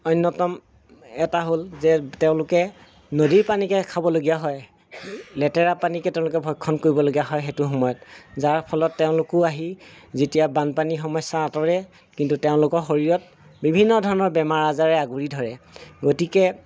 অন্যতম এটা হ'ল যে তেওঁলোকে নদীৰ পানীকে খাবলগীয়া হয় লেতেৰা পানীকে তেওঁলোকে ভক্ষণ কৰিব লগীয়া হয় সেইটো সময়ত যাৰ ফলত তেওঁলোকো আহি যেতিয়া বানপানী সমস্যা আঁতৰে কিন্তু তেওঁলোকৰ শৰীৰত বিভিন্ন ধৰণৰ বেমাৰ আজাৰে আগুৰি ধৰে গতিকে